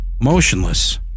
Motionless